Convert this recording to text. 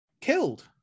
killed